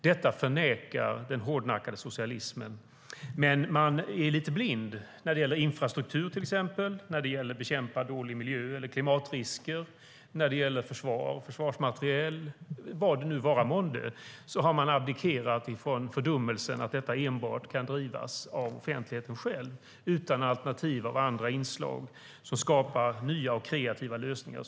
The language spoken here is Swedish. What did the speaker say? Detta förnekar den hårdnackade socialisten. Men man är lite blind. När det gäller till exempel infrastruktur, kamp mot dålig miljö och klimatrisker, försvar och försvarsmateriel - vad det nu vara månde - har man abdikerat från fördummelsen att detta enbart kan drivas av offentligheten själv utan alternativ med inslag som skapar nya och kreativa lösningar.